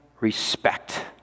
respect